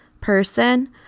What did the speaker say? person